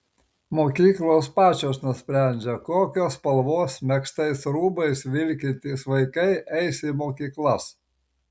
mokyklos pačios nusprendžia kokios spalvos megztais rūbais vilkintys vaikai eis į mokyklas